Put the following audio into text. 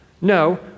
No